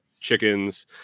chickens